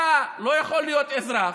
אתה לא יכול להיות אזרח,